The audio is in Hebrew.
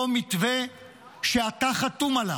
אותו מתווה שאתה חתום עליו,